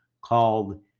called